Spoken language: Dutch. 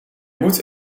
moet